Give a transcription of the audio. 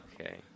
Okay